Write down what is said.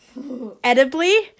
edibly